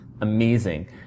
amazing